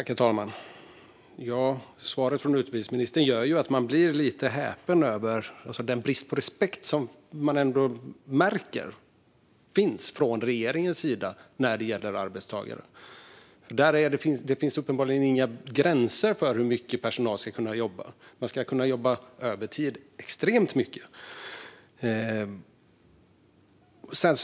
Herr talman! Svaret från utbildningsministern gör ju att man blir lite häpen över bristen på respekt från regeringens sida när det gäller arbetstagare. Det finns uppenbarligen inga gränser för hur mycket personal ska kunna jobba. De ska kunna jobba extremt mycket övertid.